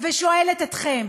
ושואלת אתכם: